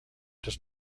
does